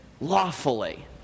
lawfully